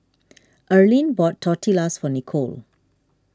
Earline bought Tortillas for Nikole